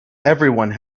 everyone